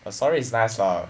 the story is nice lah